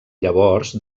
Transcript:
llavors